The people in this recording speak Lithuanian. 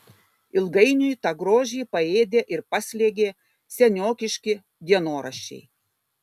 ilgainiui tą grožį paėdė ir paslėgė seniokiški dienoraščiai